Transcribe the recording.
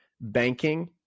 banking